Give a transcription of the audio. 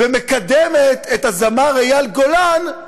ומקדמת את הזמר אייל גולן,